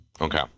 Okay